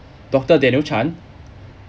doctor daniel chan